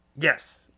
Yes